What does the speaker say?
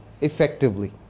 effectively